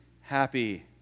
happy